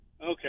Okay